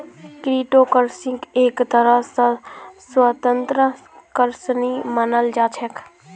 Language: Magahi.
क्रिप्टो करन्सीक एक तरह स स्वतन्त्र करन्सी मानाल जा छेक